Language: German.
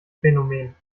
phänomen